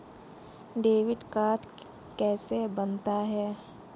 Debit card कैसे बनता है?